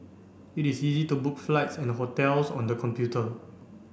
it is easy to book flights and hotels on the computer